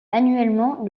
annuellement